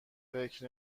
فکر